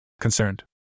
Concerned